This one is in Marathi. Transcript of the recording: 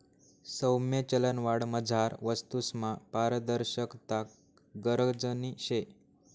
सौम्य चलनवाढमझार वस्तूसमा पारदर्शकता गरजनी शे